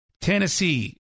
Tennessee